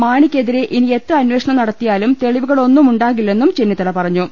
മാണിക്കെതിരെ ഇനിയെത്ര അന്വേ ഷണം നടത്തിയാലും തെളിവുകളൊന്നും ഉണ്ടാകില്ലെന്നും ചെന്നിത്തല പറഞ്ഞു